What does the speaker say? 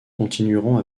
continueront